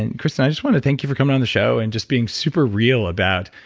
and kristen, i just want to thank you for coming on the show and just being super real about,